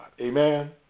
Amen